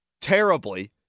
terribly